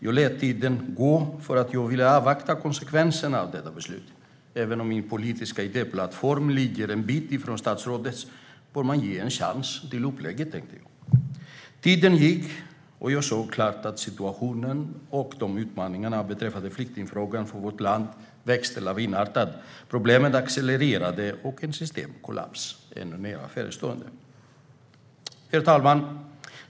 Jag lät tiden gå då jag ville avvakta konsekvenserna av detta beslut. Även om min politiska idéplattform ligger en bit ifrån statsrådets bör man ge upplägget en chans, tänkte jag. Men tiden gick, och jag såg klart att utmaningarna beträffande flyktingfrågan växte lavinartat för vårt land. Problemen accelererade, och en systemkollaps är nu nära förestående. Herr talman!